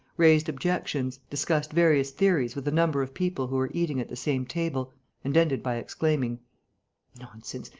raised objections, discussed various theories with a number of people who were eating at the same table and ended by exclaiming nonsense!